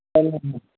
சரிங்கண்ணா